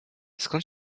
skąd